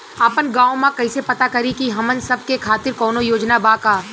आपन गाँव म कइसे पता करि की हमन सब के खातिर कौनो योजना बा का?